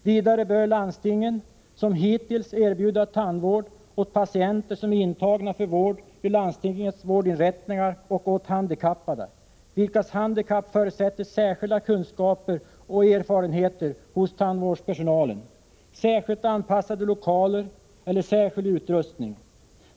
Vidare bör landstingen, som hittills, erbjuda tandvård åt patienter som är intagna för vård vid landstingens vårdinrättningar och åt handikappade, vilkas handikapp förutsätter särskilda kunskaper och erfarenheter hos tandvårdspersonalen, särskilt anpassade lokaler eller särskild utrustning.